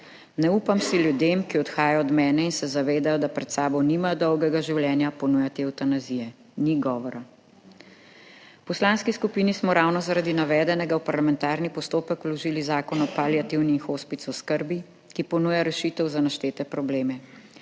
Ne upam si ljudem, ki odhajajo od mene in se zavedajo, da pred sabo nimajo dolgega življenja, ponujati evtanazije. Ni govora.« V poslanski skupini smo ravno zaradi navedenega v parlamentarni postopek vložili zakon o paliativni in hospic oskrbi, ki ponuja rešitev za naštete probleme.